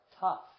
tough